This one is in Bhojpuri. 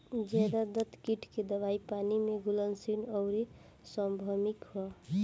ज्यादातर कीट के दवाई पानी में घुलनशील आउर सार्वभौमिक ह?